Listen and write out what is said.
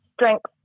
strength